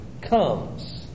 comes